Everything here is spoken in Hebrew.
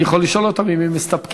אני יכול לשאול אותם אם הם מסתפקים.